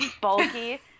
bulky